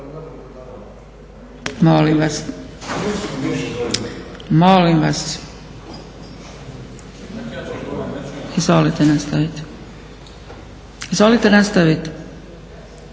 Molim vas. Molim vas. Izvolite nastaviti. Jeste završili?